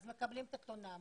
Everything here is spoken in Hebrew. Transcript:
מקבלים את התלונה,